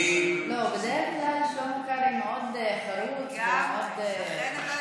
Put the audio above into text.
לא, בדרך כלל שלמה קרעי מאוד חרוץ ומאוד, לגמרי.